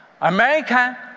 America